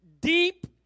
Deep